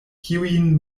kiujn